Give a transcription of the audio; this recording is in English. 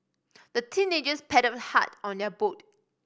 the teenagers paddled hard on their boat